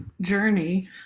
journey